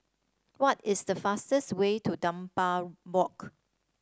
what is the fastest way to Dunbar Walk